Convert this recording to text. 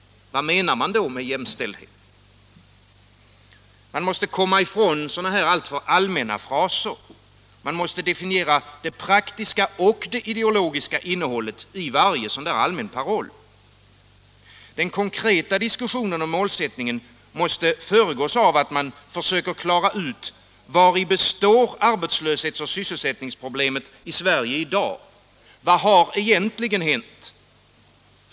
Vad menar man då med jämställdhet? Man måste komma ifrån sådana här alltför allmänna fraser. Man måste definiera det praktiska och det ideologiska innehållet i varje sådan allmän paroll. Den konkreta diskussionen om målsättningen måste föregås av att man försöker klara ut: Vari består arbetslöshets och sysselsättningsproblemet i Sverige i dag? Vad har egentligen hänt?